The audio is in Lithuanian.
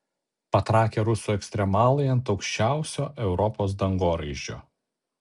patrakę rusų ekstremalai ant aukščiausio europos dangoraižio